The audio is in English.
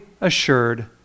assured